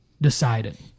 decided